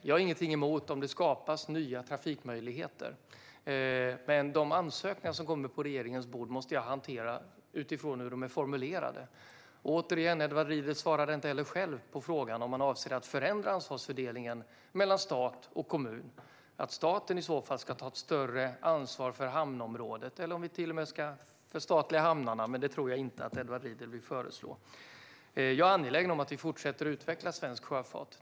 Jag har inget emot att det skapas nya trafikmöjligheter, men de ansökningar som kommer på regeringens bord måste jag hantera utifrån hur de är formulerade. Återigen svarar inte heller Edward Riedl själv på frågan om man avser att förändra ansvarsfördelningen mellan stat och kommun, om staten i så fall ska ta större ansvar för hamnområdet eller om vi till och med ska förstatliga hamnarna. Det tror jag inte att Edward Riedl vill föreslå. Jag är angelägen om att vi fortsätter utveckla svensk sjöfart.